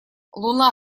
луна